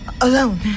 alone